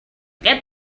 get